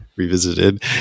revisited